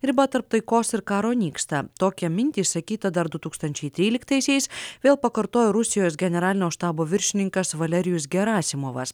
riba tarp taikos ir karo nyksta tokią mintį išsakytą dar du tūkstančiai trylikaisiais vėl pakartojo rusijos generalinio štabo viršininkas valerijus gerasimovas